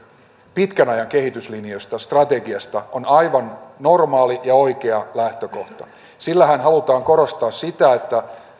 pitkän ajan kehityslinjasta strategiasta on aivan normaali ja oikea lähtökohta sillähän halutaan korostaa sitä että